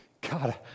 God